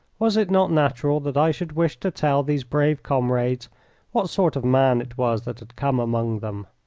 was it not natural that i should wish to tell these brave comrades what sort of man it was that had come among them?